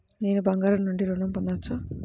నేను బంగారం నుండి ఋణం పొందవచ్చా?